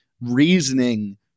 reasoning